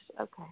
Okay